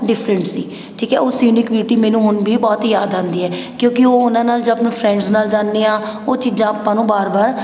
different ਸੀ ਠੀਕ ਹੈ ਉਹ ਸੀਨੀਕ ਬਿਊਟੀ ਮੈਨੂੰ ਹੁਣ ਵੀ ਬਹੁਤ ਯਾਦ ਆਉਂਦੀ ਹੈ ਕਿਉਂਕਿ ਉਹ ਉਹਨਾਂ ਨਾਲ ਜਾਂ ਆਪਣੇ ਫਰੈਂਡਸ ਨਾਲ ਜਾਂਦੇ ਹਾਂ ਉਹ ਚੀਜ਼ਾਂ ਆਪਾਂ ਨੂੰ ਵਾਰ ਵਾਰ